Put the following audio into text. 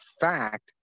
fact